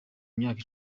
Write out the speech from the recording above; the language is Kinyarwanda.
myaka